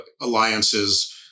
alliances